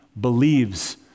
believes